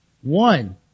One